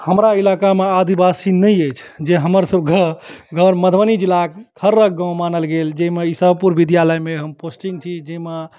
हमारा इलाकामे आदिवासी नहि अछि जे हमर सब घर घर मधुबनी जिलाक खररह गाँव मानल गेल जाहिमे ई सहपुर विद्यालयमे हमर पोस्टिंग छी जाहिमे